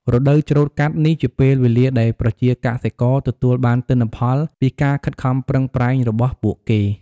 រដូវច្រូតកាត់ នេះជាពេលវេលាដែលប្រជាកសិករទទួលបានទិន្នផលពីការខិតខំប្រឹងប្រែងរបស់ពួកគេ។